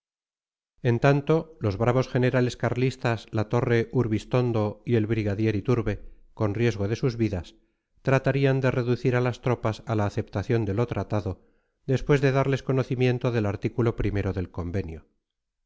en tanto los bravos generales carlistas la torre urbistondo y el brigadier iturbe con riesgo de sus vidas tratarían de reducir a las tropas a la aceptación de lo tratado después de darles conocimiento del artículo o del convenio